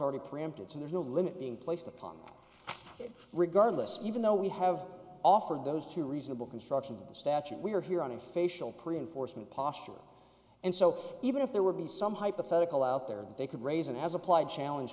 already preempted so there's no limit being placed upon regardless even though we have offered those two reasonable constructions of the statute we're here on a facial pre enforcement posture and so even if there would be some hypothetical out there that they could raise and has applied challenge